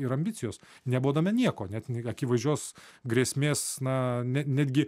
ir ambicijos nebodami nieko net akivaizdžios grėsmės na ne netgi